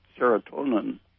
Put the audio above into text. serotonin